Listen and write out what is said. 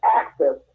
access